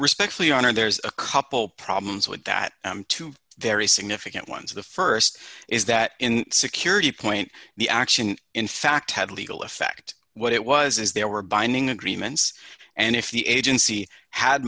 respectfully honored there's a couple problems with that two very significant ones the st is that in security point the action in fact had legal effect what it was is there were binding agreements and if the agency had